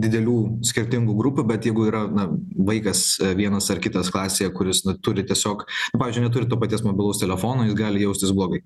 didelių skirtingų grupių bet jeigu yra na vaikas vienas ar kitas klasėje kuris na turi tiesiog pavyzdžiui neturi to paties mobilaus telefono jis gali jaustis blogai